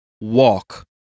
walk